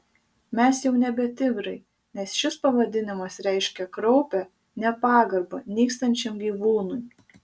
mes jau nebe tigrai nes šis pavadinimas reiškia kraupią nepagarbą nykstančiam gyvūnui